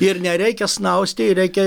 ir nereikia snausti reikia